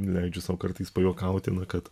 leidžiu sau kartais pajuokauti na kad